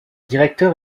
directeur